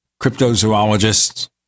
cryptozoologists